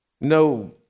No